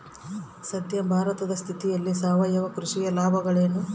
ಸದ್ಯ ಭಾರತದ ಸ್ಥಿತಿಯಲ್ಲಿ ಸಾವಯವ ಕೃಷಿಯ ಲಾಭಗಳೇನು?